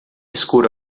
escuro